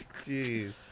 Jeez